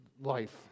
life